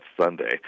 Sunday